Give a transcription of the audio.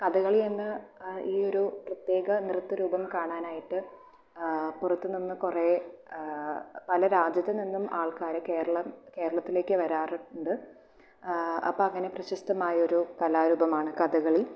കഥകളി എന്ന ഈ ഒരു പ്രത്യേക നൃത്ത രൂപം കാണാനായിട്ട് പുറത്ത് നിന്ന് കുറേ പല രാജ്യത്ത് നിന്നും ആൾക്കാർ കേരളം കേരളത്തിലേക്ക് വരാറൂണ്ട് അപ്പം അങ്ങനെ പ്രശസ്തമായൊരു കലാരൂപമാണ് കഥകളി